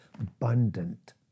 Abundant